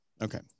Okay